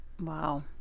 Wow